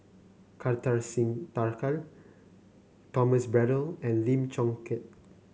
Kartar Singh Thakral Thomas Braddell and Lim Chong Keat